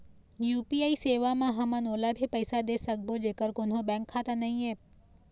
UPI सेवा म हमन ओला भी पैसा दे सकबो जेकर कोन्हो बैंक खाता नई ऐप?